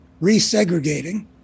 resegregating